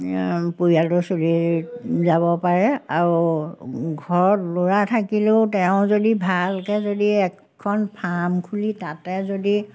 পৰিয়ালটো চলি যাব পাৰে আৰু ঘৰত ল'ৰা থাকিলেও তেওঁ যদি ভালকৈ যদি এখন ফাৰ্ম খুলি তাতে যদি